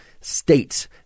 states